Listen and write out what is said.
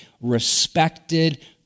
respected